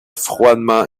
froidement